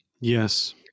Yes